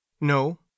No